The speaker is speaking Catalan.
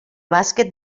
bàsquet